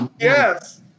Yes